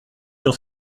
sur